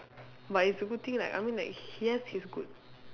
but it's a good thing like I mean like he has his good